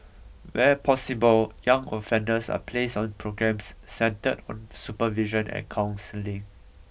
where possible young offenders are placed on programmes centred on supervision and counselling